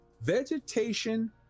vegetation